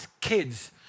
kids